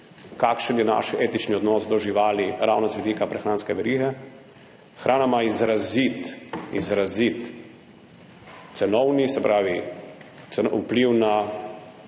Kakšen je naš etični odnos do živali, ravno z vidika prehranske verige? Hrana ima izrazit cenovni, se pravi vpliv na